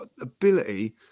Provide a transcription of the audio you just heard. ability